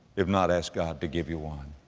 if not, ask god to give you one.